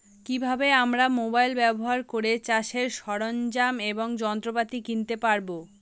কি ভাবে আমরা মোবাইল ব্যাবহার করে চাষের সরঞ্জাম এবং যন্ত্রপাতি কিনতে পারবো?